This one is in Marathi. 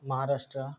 महाराष्ट्र